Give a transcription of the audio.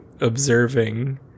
observing